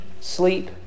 sleep